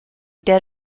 dead